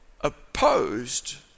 opposed